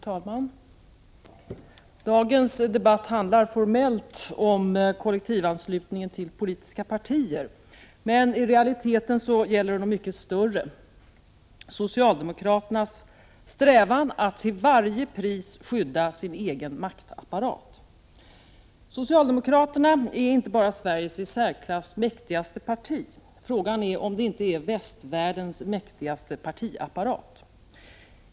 Fru talman! Dagens debatt handlar formellt om kollektivanslutningen till politiska partier, men i realiteten gäller det något mycket större: socialdemokraternas strävan att till varje pris skydda sin egen maktapparat. Socialdemokraterna är inte bara Sveriges i särklass mäktigaste parti. Frågan är om det inte är västvärldens mäktigaste partiapparat.